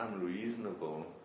unreasonable